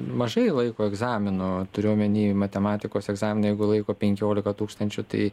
mažai laiko egzaminų turiu omeny matematikos egzaminą jeigu laiko penkiolika tūkstančių tai